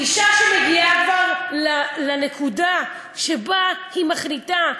אישה שמגיעה כבר לנקודה שבה היא מחליטה,